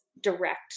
direct